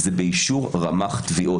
זה באישור רמ"ח תביעות.